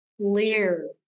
clear